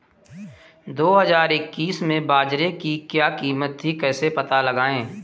दो हज़ार इक्कीस में बाजरे की क्या कीमत थी कैसे पता लगाएँ?